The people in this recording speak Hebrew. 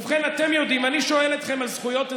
ובכן, אתם יודעים, אני שואל אתכם על זכויות אזרח.